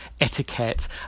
etiquette